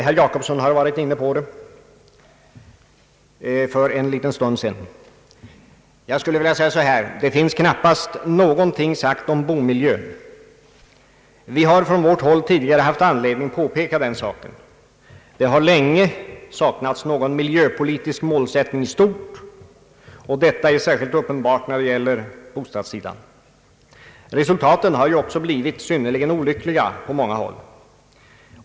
Herr Jacobsson har varit inne på det för en liten stund sedan. Det finns knappast någonting sagt om boendemiljön. Vi har från vårt håll tidigare haft anledning påpeka den saken. Det har länge saknats någon miljöpolitisk målsättning i stort, och detta är särskilt uppenbart när det gäller bostadssidan. Resultaten har också blivit synnerligen olyckliga på många håll.